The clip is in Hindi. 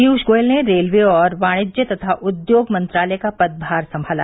पीयूष गोयल ने रेलवे और वाणिज्य तथा उद्योग मंत्रालय का पदभार संभाला